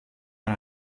man